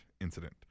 incident